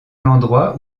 l’endroit